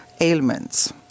ailments